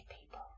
people